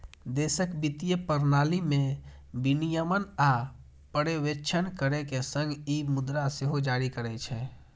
देशक वित्तीय प्रणाली के विनियमन आ पर्यवेक्षण करै के संग ई मुद्रा सेहो जारी करै छै